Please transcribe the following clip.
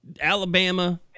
Alabama